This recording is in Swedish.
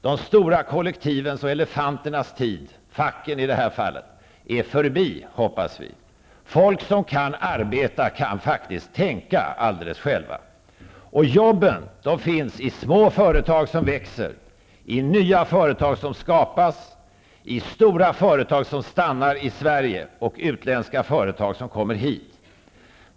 De stora kollektivens och elefanternas tid -- facken i det här fallet -- är, hoppas vi, förbi. Folk som kan arbeta kan faktiskt tänka alldeles själva. Jobben finns i små företag som växer, i nya företag som skapas, i stora företag som stannar i Sverige och i utländska företag som kommer hit.